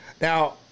Now